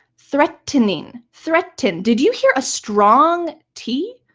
threatening, threatened? did you hear a strong t?